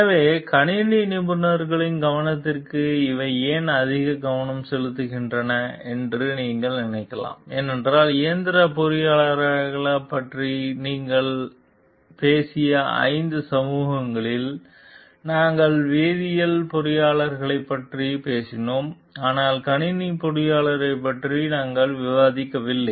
எனவே கணினி நிபுணர்களின் கவனத்திற்கு இவை ஏன் அதிக கவனம் செலுத்துகின்றன என்று நீங்கள் நினைக்கலாம் ஏனென்றால் இயந்திர பொறியியலாளர்களைப் பற்றி நாங்கள் பேசிய 5 சமூகங்களில் நாங்கள் வேதியியல் பொறியியலாளர்களைப் பற்றி பேசினோம் ஆனால் கணினி பொறியியலாளர்களைப் பற்றி நாங்கள் விவாதிக்கவில்லை